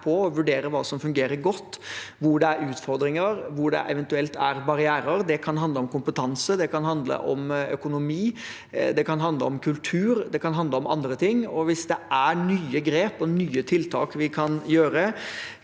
å vurdere hva som fungerer godt, hvor det er utfordringer, hvor det eventuelt er barrierer. Det kan handle om kompetanse, det kan handle om økonomi, det kan handle om kultur, og det kan handle om andre ting. Hvis det er nye grep og nye tiltak vi kan gjøre